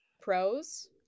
pros